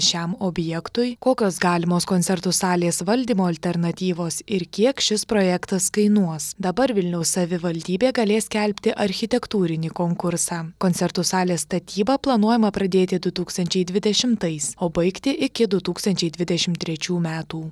šiam objektui kokios galimos koncertų salės valdymo alternatyvos ir kiek šis projektas kainuos dabar vilniaus savivaldybė galės skelbti architektūrinį konkursą koncertų salės statybą planuojama pradėti du tūkstančiai dvidešimtais o baigti iki du tūkstančiai dvidešim trečių metų